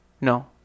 No